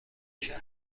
شهر